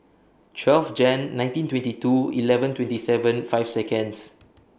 twelve Jan nineteen twenty two eleven twenty seven five Seconds